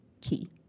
Key